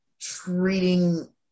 treating